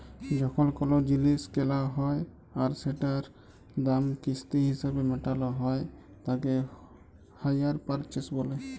যখন কোলো জিলিস কেলা হ্যয় আর সেটার দাম কিস্তি হিসেবে মেটালো হ্য়য় তাকে হাইয়ার পারচেস বলে